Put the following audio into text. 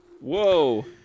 whoa